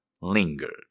lingered